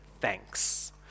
Thanks